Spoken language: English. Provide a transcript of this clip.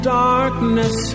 darkness